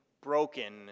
broken